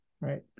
right